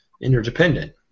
interdependent